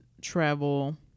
travel